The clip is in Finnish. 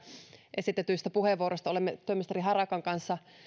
esitetyistä puheenvuoroista olemme työministeri harakan kanssa